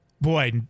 boy